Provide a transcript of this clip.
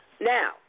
Now